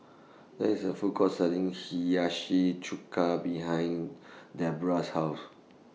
There IS A Food Court Selling Hiyashi Chuka behind Deborah's House